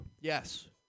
Yes